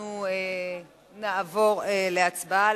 אנחנו נעבור להצבעה.